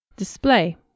Display